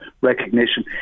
recognition